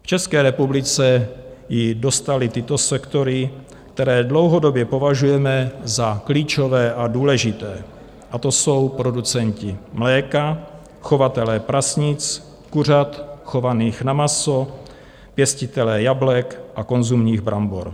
V České republice ji dostaly tyto sektory, které dlouhodobě považujeme za klíčové a důležité, a to jsou producenti mléka, chovatelé prasnic, kuřat chovaných na maso, pěstitelé jablek a konzumních brambor.